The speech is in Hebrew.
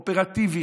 אופרטיבי,